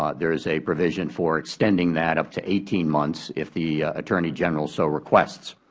ah there is a provision for extending that up to eighteen months if the attorney general so requests.